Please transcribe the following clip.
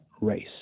race